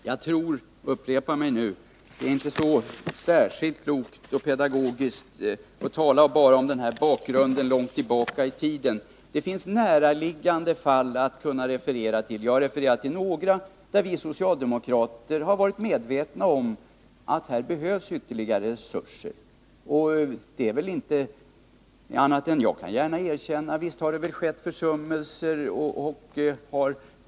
Jag tror inte att det är klokt och pedagogiskt — jag upprepar mig nu — att bara tala om bakgrunden långt tillbaka i tiden. Det finns näraliggande omständigheter att referera till. Jag har tagit upp några fall där vi socialdemokrater var medvetna om att här behövs ytterligare resurser. Jag kan gärna erkänna att det visst har förekommit försummelser tidigare.